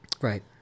Right